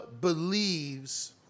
believes